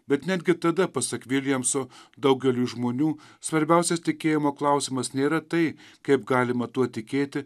bet netgi tada pasak viljamso daugeliui žmonių svarbiausias tikėjimo klausimas nėra tai kaip galima tuo tikėti